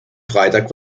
freitag